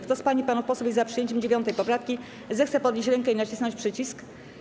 Kto z pań i panów posłów jest za przyjęciem 9. poprawki, zechce podnieść rękę i nacisnąć przycisk.